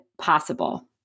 possible